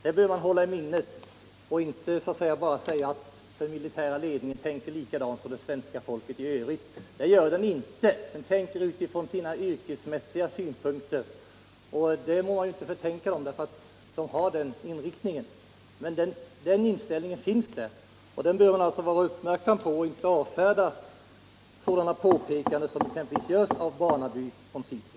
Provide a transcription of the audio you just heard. Detta bör man hålla i minnet och inte bara säga att den militära ledningen resonerar likadant som svenska folket i övrigt; det gör den nämligen inte, utan den resonerar utifrån sina yrkesmässiga synvinklar. Detta må man visserligen icke förtänka den militära ledningen, eftersom den har en sådan inriktning, men den speciella inställningen finns alltså där. Den inställningen bör man vara uppmärksam på och inte bara avfärda påpekanden som görs av exempelvis Barnaby och SIPRI.